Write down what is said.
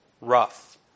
Rough